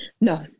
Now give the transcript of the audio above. no